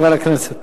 חבר הכנסת.